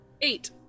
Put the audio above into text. Eight